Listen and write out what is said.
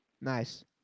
Nice